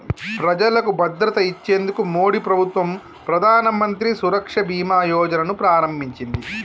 ప్రజలకు భద్రత ఇచ్చేందుకు మోడీ ప్రభుత్వం ప్రధానమంత్రి సురక్ష బీమా యోజన ను ప్రారంభించింది